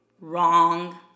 wrong